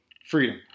freedom